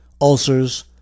ulcers